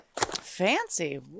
Fancy